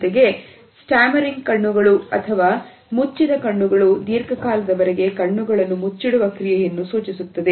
ಜೊತೆಗೆ stammering ಕಣ್ಣುಗಳು ಅಥವಾ ಮುಚ್ಚಿದ ಕಣ್ಣುಗಳು ದೀರ್ಘಕಾಲದವರೆಗೆ ಕಣ್ಣುಗಳನ್ನು ಮುಚ್ಚಿಡುವ ಕ್ರಿಯೆಯನ್ನು ಸೂಚಿಸುತ್ತದೆ